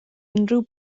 unrhyw